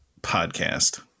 podcast